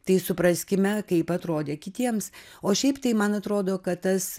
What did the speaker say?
tai supraskime kaip atrodė kitiems o šiaip tai man atrodo kad tas